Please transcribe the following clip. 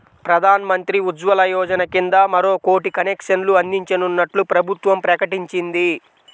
ప్రధాన్ మంత్రి ఉజ్వల యోజన కింద మరో కోటి కనెక్షన్లు అందించనున్నట్లు ప్రభుత్వం ప్రకటించింది